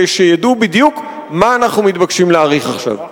שידעו בדיוק מה אנחנו מתבקשים להאריך עכשיו.